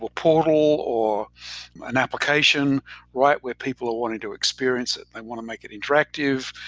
portal, or an application right where people are wanting to experience it. they want to make it interactive.